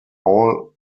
all